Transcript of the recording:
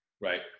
Right